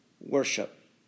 worship